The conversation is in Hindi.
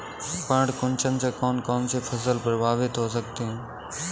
पर्ण कुंचन से कौन कौन सी फसल प्रभावित हो सकती है?